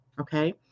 Okay